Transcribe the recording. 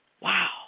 Wow